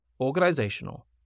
organizational